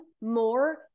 more